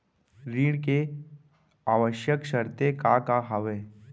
ऋण के आवश्यक शर्तें का का हवे?